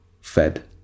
fed